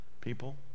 People